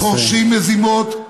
חורשי מזימות,